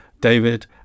David